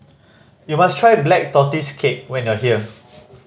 you must try Black Tortoise Cake when you are here